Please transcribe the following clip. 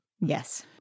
Yes